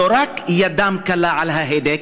לא רק ידם קלה על ההדק,